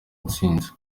intsinzi